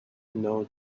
know